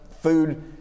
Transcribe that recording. food